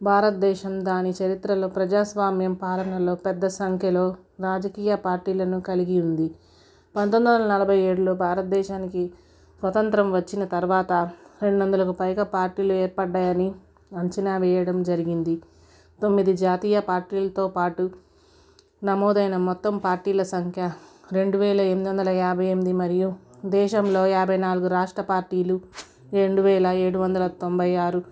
భారతదేశం దాని చరిత్రలో ప్రజాస్వామ్యం పాలనలో పెద్ద సంఖ్యలో రాజకీయ పార్టీలను కలిగి ఉంది పందొమ్మిది వందల నలభై ఏడులో భారతదేశానికి స్వతంత్రం వచ్చిన తర్వాత రెండు వందలు పైగా పార్టీలు ఏర్పడ్డాయి అని అంచనా వేయడం జరిగింది తొమ్మిది జాతీయ పార్టీలతో పాటు నమోదైన మొత్తం పార్టీల సంఖ్య రెండు వేల ఎనిమిది వందల యాభై ఎనిమిది మరియు దేశంలో యాభై నాలుగు రాష్ట్ర పార్టీలు రెండు వేల ఏడు వందల తొంభై ఆరు